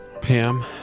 Pam